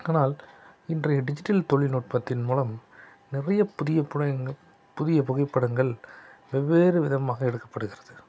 ஆனால் இன்று டிஜிட்டல் தொழில்நுட்பத்தின் மூலம் நிறைய புதிய புதியப் புகைப்படங்கள் வெவ்வேறு விதமாக எடுக்கப்படுகிறது